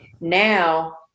Now